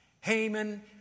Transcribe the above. Haman